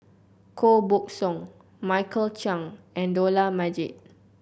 Koh Buck Song Michael Chiang and Dollah Majid